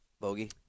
Bogey